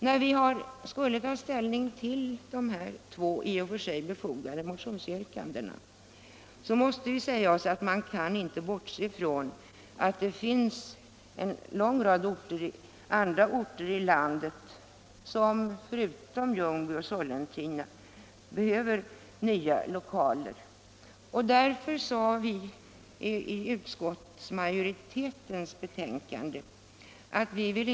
När vi skulle ta ställning till de två i och för sig befogade motionsyrkandena kunde vi inte bortse från att det finns en lång rad andra orter i landet, förutom Ljungby och Sollentuna, som behöver nya lokaler. Därför ville utskottsmajoriteten inte tillstyrka motionsyrkandena.